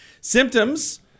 Symptoms